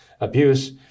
abuse